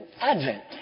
Advent